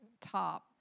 top